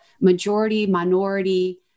majority-minority